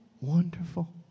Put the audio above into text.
wonderful